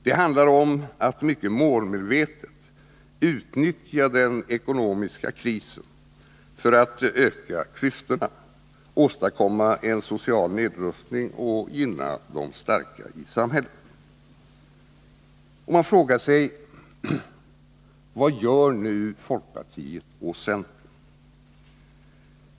Det handlar om att mycket målmedvetet utnyttja den Torsdagen den ekonomiska krisen för att öka klyftorna, åstadkomma en social nedrustning 20 november 1980 och gynna de starka i samhället. Och man frågar sig: Vad gör nu folkpartiet och centern?